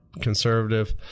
conservative